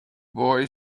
boy